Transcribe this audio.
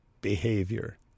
behavior